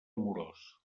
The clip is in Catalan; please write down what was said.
amorós